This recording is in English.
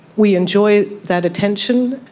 we enjoy that attention,